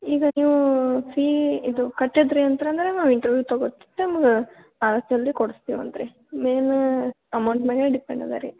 ಈಗ ನೀವು ಸಿ ಇದು ಕಟ್ಟಿದ್ದಿರಿ ಅಂತಂದ್ರೆ ಇದು ತಗೊಳ್ತಿತ್ತು ನಿಮ್ಗೆ ಭಾಳಷ್ಟು ಜಲ್ದಿ ಕೊಡಿಸ್ತೀವಂತ ರೀ ಮೇಯ್ನ್ ಅಮೌಂಟ್ ಮೇಲೆ ಡಿಪೆಂಡ್ ಅದಾ ರೀ